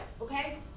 okay